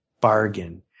bargain